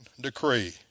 decree